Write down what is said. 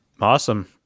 Awesome